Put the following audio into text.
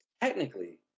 technically